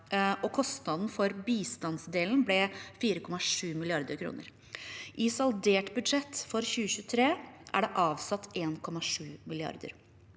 og kostnaden for bistandsdelen ble 4,7 mrd. kr. I saldert budsjett for 2023 er det avsatt 1,7 mrd.